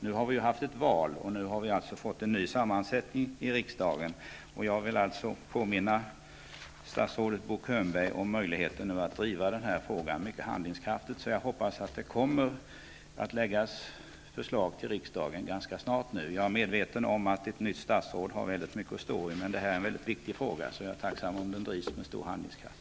Nu har vi ju haft ett val och fått en ny sammansättning i riksdagen. Och jag vill alltså påminna statsrådet Bo Könberg om möjligheterna att driva denna fråga mycket handlingskraftigt. Jag hoppas därför att det kommer att läggas fram förslag till riksdagen ganska snart. Jag är medveten om att ett nytt statsråd har väldigt mycket att stå i, men detta är en mycket viktig fråga, och jag vore mycket tacksam om den drivs med stor handlingskraft.